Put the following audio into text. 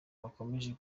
bakomeje